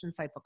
insightful